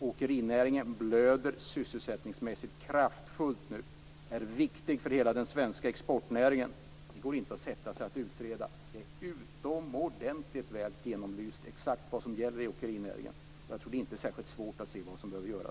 Åkerinäringen blöder sysselsättningsmässigt kraftigt nu. Den är viktig för hela den svenska exportnäringen. Det går inte att sätta sig och utreda nu. Det som gäller i åkerinäringen är utomordentligt väl genomlyst. Jag tror inte heller att det är särskilt svårt att se vad som behöver göras.